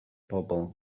bobl